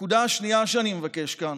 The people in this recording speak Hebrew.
נקודה שנייה שאני מבקש להעלות כאן,